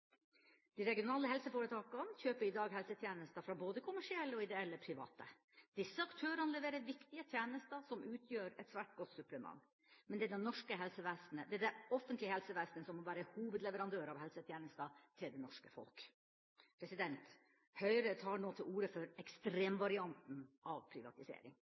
De regionale helseforetakene kjøper i dag helsetjenester fra både kommersielle og private ideelle. Disse aktørene leverer viktige tjenester som utgjør et svært godt supplement. Men det er det offentlige helsevesenet som må være hovedleverandør av helsetjenester til det norske folk. Høyre tar nå til orde for ekstremvarianten av privatisering.